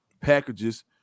packages